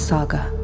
Saga